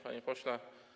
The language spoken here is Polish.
Panie Pośle!